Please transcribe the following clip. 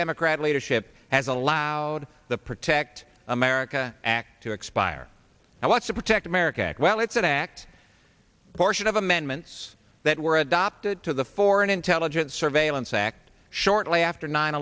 democrat leadership has allowed the protect america act to expire i want to protect america act well it's an act portion of amendments that were adopted to the foreign intelligence surveillance act shortly after nine